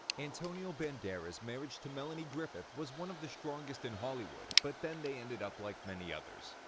antonio banderas' marriage to melanie griffith was one of the strongest in hollywood, but then they ended up like many others.